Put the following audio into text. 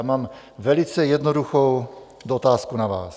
Mám velice jednoduchou otázku na vás.